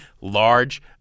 large